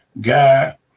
guy